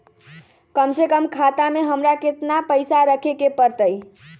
कम से कम खाता में हमरा कितना पैसा रखे के परतई?